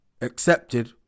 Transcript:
accepted